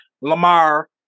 Lamar